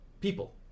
people